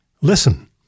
listen